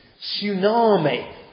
tsunami